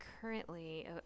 currently